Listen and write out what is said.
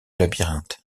labyrinthe